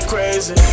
crazy